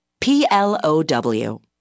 plow